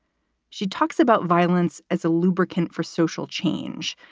she talks about violence as a lubricant for social change,